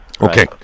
Okay